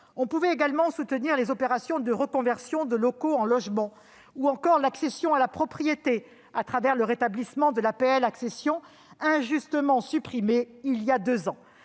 On pouvait également soutenir les opérations de reconversion de locaux en logements ou encore l'accession à la propriété au travers du rétablissement de l'APL-accession, injustement supprimée il y a deux ans.